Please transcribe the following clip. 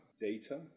data